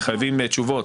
7% מחייבים תשובות.